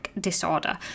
Disorder